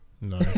No